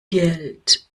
geld